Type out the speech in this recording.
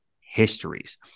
histories